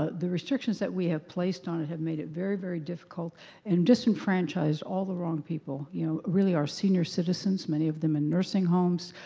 ah the restrictions that we have placed on it have made it very, very difficult and disenfranchised all the wrong people. you know really, our senior citizens, many of them in nursing homes,